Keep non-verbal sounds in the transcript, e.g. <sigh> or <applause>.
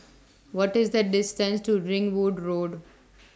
<noise> What IS The distance to Ringwood Road